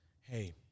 Hey